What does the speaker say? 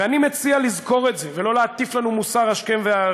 ואני מציע לזכור את זה ולא להטיף לנו מוסר השכם והערב.